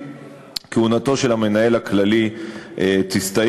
כהונתו של המנהל הכללי תסתיים.